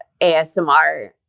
ASMR